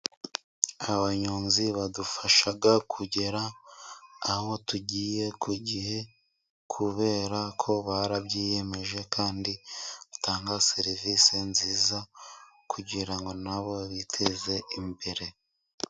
Abanyonzi badufasha kugera aho tugiye ku gihe kubera ko barabyiyemeje kandi batanga serivisi nziza kugira nabo biteze imbere.